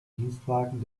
dienstwagen